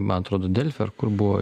man atrodo delfi ar kur buvo